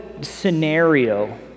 scenario